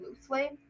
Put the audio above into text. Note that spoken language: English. loosely